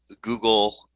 Google